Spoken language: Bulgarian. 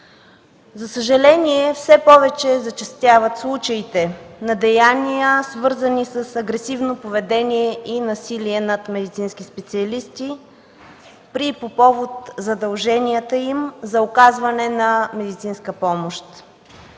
За съжаление, все повече зачестяват случаите на деяния, свързани с агресивно поведение и насилие над медицински специалисти при и по повод задълженията им за оказване на медицинска помощ.